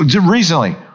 recently